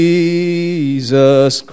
Jesus